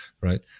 right